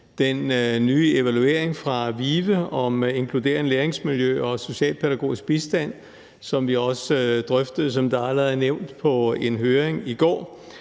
den nye evaluering fra VIVE om inkluderende læringsmiljø og socialpædagogisk bistand, som vi også drøftede, som det allerede er